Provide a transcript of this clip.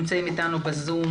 איתנו.